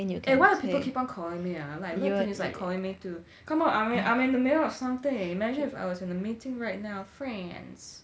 eh why is people keep on call me like le ting is like calling me too come on I'm in I'm in the middle of something imagine if I was in the meeting right now friends